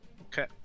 Okay